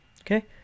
Okay